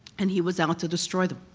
and he was out to destroy them.